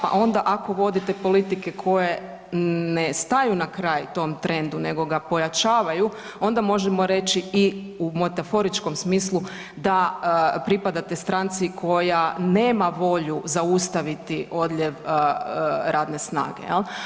Pa onda ako vodite politike koje ne staju na kraj tom trendu nego ga pojačavaju onda možemo reći i u metaforičkom smislu da pripadate stranci koja nema volju zaustaviti odljev radne snage.